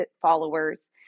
followers